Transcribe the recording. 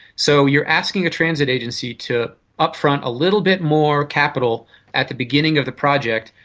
so you are asking a transit agency to up-front a little bit more capital at the beginning of the project,